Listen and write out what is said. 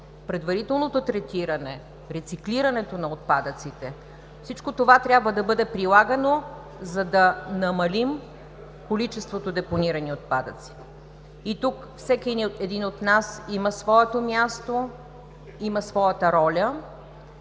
предварителното третиране, рециклирането на отпадъците – всичко това трябва да бъде прилагано, за да намалим количеството депонирани отпадъци. Тук всеки един от нас има своето място, има своята роля